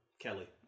Kelly